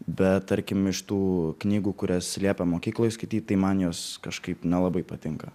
bet tarkim iš tų knygų kurias liepia mokykloj skaityt tai man jos kažkaip nelabai patinka